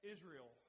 Israel